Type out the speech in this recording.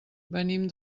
venim